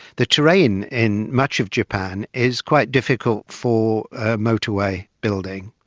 the terrain in much of japan is quite difficult for motorway building.